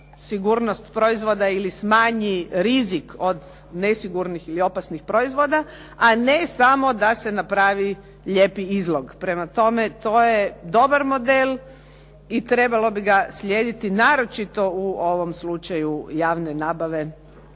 sigurnost proizvoda ili smanji rizik od nesigurnih ili opasnih proizvoda, a ne samo da se napravi lijepi izlog, prema tome to je dobar model i trebalo bi ga slijediti naročito u ovom slučaju javne nabave